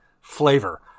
flavor